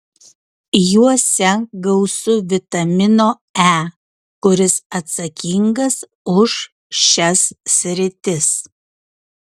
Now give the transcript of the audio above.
juose gausu vitamino e kuris atsakingas už šias sritis